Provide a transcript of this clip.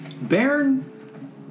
Baron